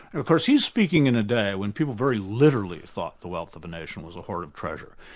and of course he's speaking in a day when people very literally thought the wealth of a nation was a hoard of treasure.